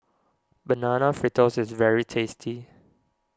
Banana Fritters is very tasty